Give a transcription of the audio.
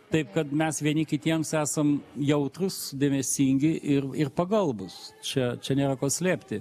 taip kad mes vieni kitiems esam jautrūs dėmesingi ir ir pagalbūs čia čia nėra ko slėpti